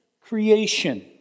creation